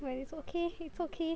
but it's okay it's okay